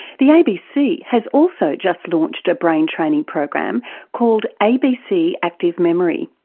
the abc has also just launched a brain-training program called abc active memory.